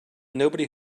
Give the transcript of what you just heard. nobody